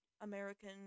American